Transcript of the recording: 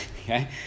okay